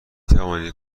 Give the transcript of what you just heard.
توانی